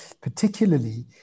particularly